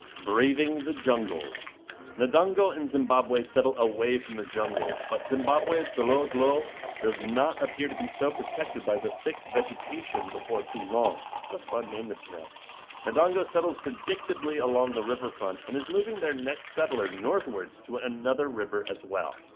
braving the jungles the dango and zimbabwe settle away from the jungles but zimbabwe is de l'eau glow does not appear to be so protected by the thick vegetation before too long but a fun name to pronounce the and dango settles predictably along the river front and is moving their next settler northwards to another river as well